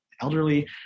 elderly